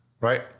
right